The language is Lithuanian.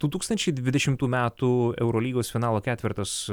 du tūkstančiai dvidešimtų metų eurolygos finalo ketvertas